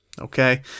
Okay